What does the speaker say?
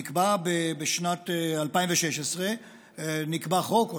נקבע בשנת 2016 חוק,